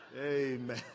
Amen